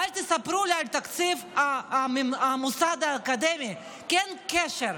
ואל תספרו לי על תקציב המוסד האקדמי, כי אין קשר.